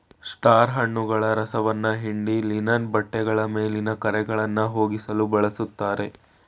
star ಹಣ್ಣುಗಳ ರಸವನ್ನ ಹಿಂಡಿ ಲಿನನ್ ಬಟ್ಟೆಗಳ ಮೇಲಿನ ಕರೆಗಳನ್ನಾ ಹೋಗ್ಸಲು ಬಳುಸ್ತಾರೆ